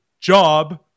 job